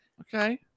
Okay